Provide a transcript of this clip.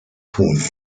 junio